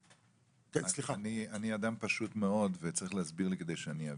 אני אדם פשוט מאוד וצריך להסביר לי כדי שאני אבין,